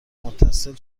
متصل